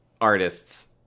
artists